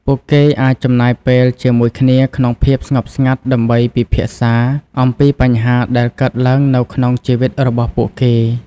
ពួកគេអាចចំណាយពេលជាមួយគ្នាក្នុងភាពស្ងប់ស្ងាត់ដើម្បីពិភាក្សាអំពីបញ្ហាដែលកើតឡើងនៅក្នុងជីវិតរបស់ពួកគេ។